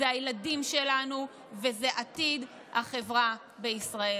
אלו הילדים שלנו וזה עתיד החברה בישראל.